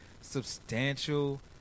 substantial